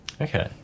Okay